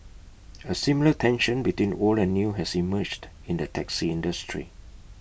A similar tension between old and new has emerged in the taxi industry